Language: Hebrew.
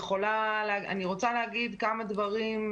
אני רוצה להגיד כמה דברים,